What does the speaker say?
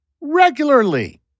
regularly